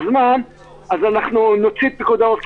זמן אז אנחנו נוציא את פיקוד העורף,